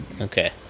Okay